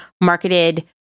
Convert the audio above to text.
marketed